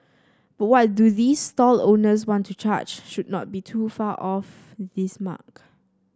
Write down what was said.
but what do these stall owners want to charge should not be too far off this mark